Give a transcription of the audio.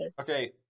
Okay